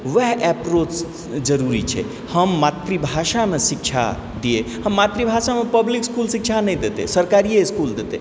वएह एप्रोच जरूरी छै हम मातृभाषामे शिक्षा दिए हम मातृभाषामे पब्लिक इसकुल शिक्षा नहि देतय सरकारिये इसकुल देतय